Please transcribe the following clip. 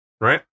right